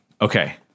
okay